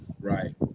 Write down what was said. right